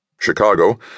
Chicago